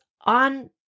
on